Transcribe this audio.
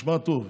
תשמע טוב,